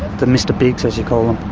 the mr bigs as you call